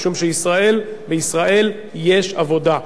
משום שבישראל יש עבודה.